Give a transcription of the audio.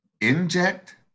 Inject